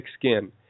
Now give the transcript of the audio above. skin